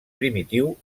primitiu